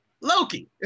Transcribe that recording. Loki